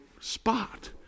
spot